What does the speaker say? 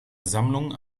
sammlung